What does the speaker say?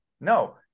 no